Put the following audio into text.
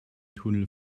tunnel